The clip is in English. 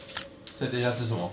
so 等一下吃什么